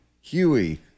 Huey